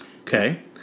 Okay